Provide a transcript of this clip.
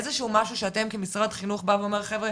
איזשהו משהו שאתם כמשרד חינוך - בא ואומר חבר'ה